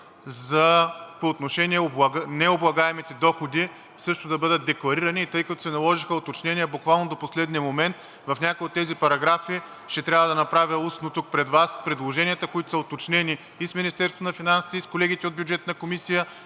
по отношение необлагаемите доходи също да бъдат декларирани. Тъй като се наложиха уточнения буквално до последния момент в някои от тези параграфи ще трябва да направя устно тук пред Вас предложенията, които са уточнени и с Министерството на финансите, и с колегите от Бюджетната комисия,